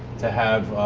to have